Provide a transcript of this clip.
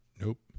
Nope